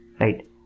right